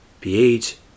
pH